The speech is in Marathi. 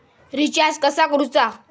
रिचार्ज कसा करूचा?